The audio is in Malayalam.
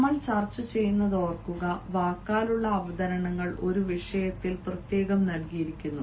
നമ്മൾ ചർച്ച ചെയ്യുന്നത് ഓർക്കുക വാക്കാലുള്ള അവതരണങ്ങൾ ഒരു വിഷയത്തിൽ പ്രത്യേകം നൽകിയിരിക്കുന്നു